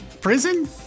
Prison